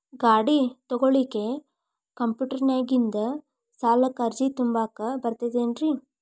ಗಾಡಿ ತೊಗೋಳಿಕ್ಕೆ ಕಂಪ್ಯೂಟೆರ್ನ್ಯಾಗಿಂದ ಸಾಲಕ್ಕ್ ಅರ್ಜಿ ತುಂಬಾಕ ಬರತೈತೇನ್ರೇ?